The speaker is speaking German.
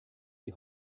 die